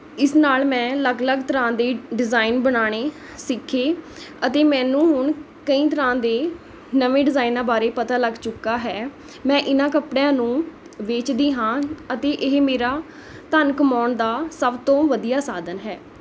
ਇਸ ਨਾਲ ਮੈਂ ਅਲੱਗ ਅਲੱਗ ਤਰ੍ਹਾਂ ਦੇ ਡਿਜ਼ਾਇਨ ਬਣਾਉਣੇ ਸਿੱਖੇ ਅਤੇ ਮੈਨੂੰ ਹੁਣ ਕਈ ਤਰ੍ਹਾਂ ਦੇ ਨਵੇਂ ਡਿਜ਼ਾਇਨਾਂ ਬਾਰੇ ਪਤਾ ਲੱਗ ਚੁੱਕਾ ਹੈ ਮੈਂ ਇਹਨਾਂ ਕੱਪੜਿਆਂ ਨੂੰ ਵੇਚਦੀ ਹਾਂ ਅਤੇ ਇਹ ਮੇਰਾ ਧਨ ਕਮਾਉਣ ਦਾ ਸਭ ਤੋਂ ਵਧੀਆ ਸਾਧਨ ਹੈ